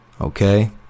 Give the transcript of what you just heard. Okay